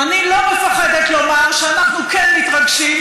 אני לא מפחדת לומר שאנחנו כן מתרגשים,